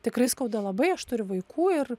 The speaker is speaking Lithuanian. tikrai skauda labai aš turiu vaikų ir